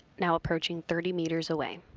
now approaching thirty meters away.